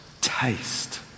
taste